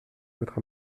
votre